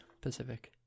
Pacific